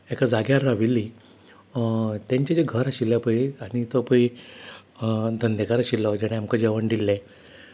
एका जाग्यार राविल्लीं तेंचें जें घर आशिल्लें पळय आनी तो पळय धंदेकार आशिल्लो जेणे आमकां जेवण दिल्लें